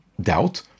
doubt